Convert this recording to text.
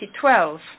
2012